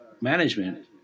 management